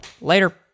Later